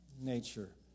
nature